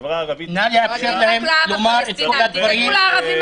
נא לאפשר להם לומר את הדברים.